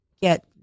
get